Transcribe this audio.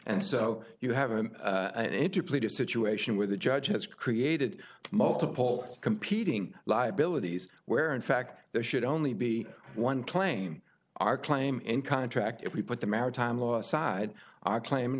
and so you have an interplay to a situation where the judge has created multiple competing liabilities where in fact there should only be one claim our claim in contract if we put the maritime law aside our claim